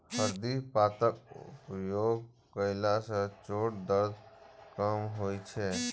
हरदि पातक उपयोग कयला सं चोटक दर्द कम होइ छै